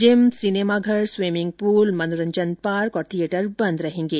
gym सिनेमाघर swimming pool मनोरंजन park theatre बंद रहेंगे